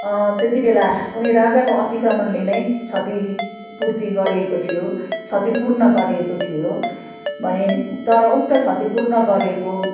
त्यतिबेला कुनै राजाको अतिक्रमणले नै क्षतिपूर्ति गरिएको थियो क्षतिपूर्ण गरिएको थियो भने तर उक्त क्षतिपूर्ण गरिएको